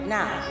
now